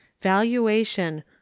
Valuation